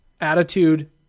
attitude